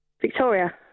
Victoria